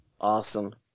Awesome